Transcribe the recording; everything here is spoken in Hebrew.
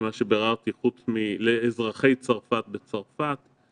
ממה שביררתי, חוץ מלאזרחי צרפת בצרפת.